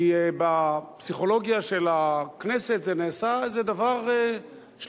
כי בפסיכולוגיה של הכנסת זה נעשה איזה דבר שלילי,